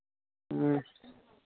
ह्म्म